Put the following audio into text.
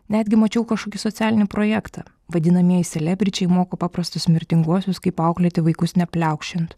netgi mačiau kažkokį socialinį projektą vadinamieji selebričiai moko paprastus mirtinguosius kaip auklėti vaikus nepliaukšint